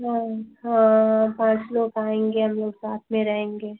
हाँ हाँ पाँच लोग आएँगे हम लोग साथ में रहेंगे